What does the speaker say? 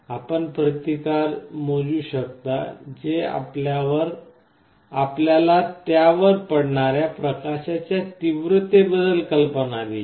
आपण प्रतिकार मोजू शकता जे आपल्याला त्यावर पडणार्या प्रकाशाच्या तीव्रतेबद्दल कल्पना देईल